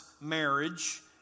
marriage